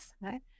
right